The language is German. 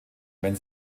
wenn